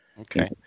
Okay